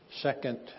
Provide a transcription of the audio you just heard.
second